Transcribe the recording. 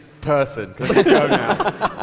Person